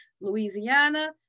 Louisiana